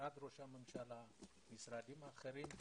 משרד ראש הממשלה ומשרדים אחרים.